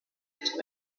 into